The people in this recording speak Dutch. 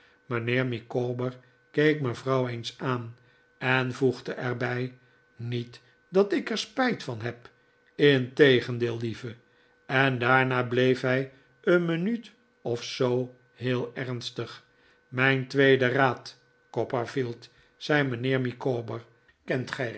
mijnheer micawber keek mevrouw eens aan en voegde er bij niet dat ik er spijt van heb integendeel lieve en daarna bleef hij een minuut of zoo heel ernstig mijn tweeden raad copperfield zei mijnheer micawber kent